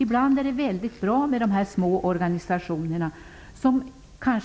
Ibland är det väldigt bra med de små organisationerna, även om